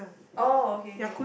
oh okay okay